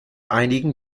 einigen